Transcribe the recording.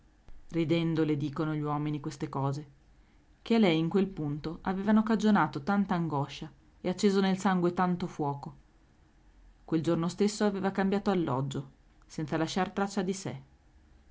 le dicono gli uomini queste cose che a lei in quel punto avevano cagionato tanta angoscia e acceso nel sangue tanto fuoco quel giorno stesso aveva cambiato alloggio senza lasciar traccia di sé